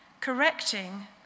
correcting